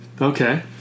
Okay